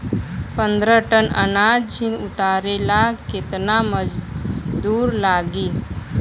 पन्द्रह टन अनाज उतारे ला केतना मजदूर लागी?